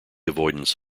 avoidance